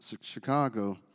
Chicago